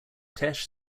tesh